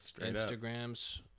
instagrams